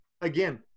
again